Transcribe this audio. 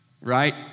right